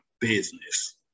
business